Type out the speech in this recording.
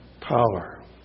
power